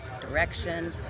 direction